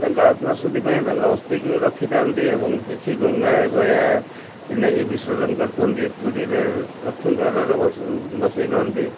ତାଙ୍କ ଆତ୍ମା ସୁଧି ପାଇଁ ତାଙ୍କ ଅସ୍ଥିକି ବି ରଖିଥାଆନ୍ତି ଏବଂ କିଛି ଗଙ୍ଗାରେ ଗୟା ନେଇକି ବିସର୍ଜନ କରିଥାନ୍ତି ପୁରୀରେ ଲକ୍ଷ୍ମୀ ଦ୍ୱାରରେ ଭସେଇ ଥାଆନ୍ତି